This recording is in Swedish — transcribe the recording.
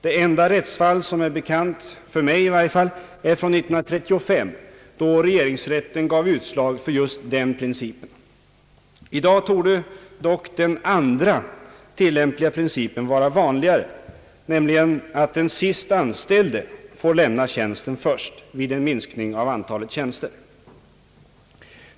Det enda rättsfall som är bekant — för mig i varje fall är från 1935, då regeringsrätten gav utslag enligt den nämnda principen. I dag torde dock den andra tillämpliga principen vara vanligare, nämligen att den sist anställde får lämna tjänsten vid en minskning av antalet tjänster.